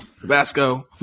Tabasco